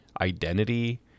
identity